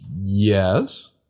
Yes